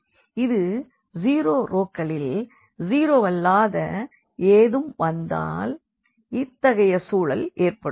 இது ஜீரோ ரோக்களில் ஜீரோவல்லாத எதுவும் வந்தால் இத்தகைய சூழல் ஏற்படும்